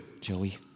Joey